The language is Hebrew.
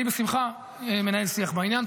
אני בשמחה מנהל שיח בעניין.